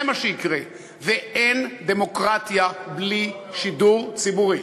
זה מה שיקרה, ואין דמוקרטיה בלי שידור ציבורי.